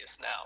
now